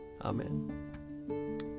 Amen